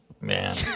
man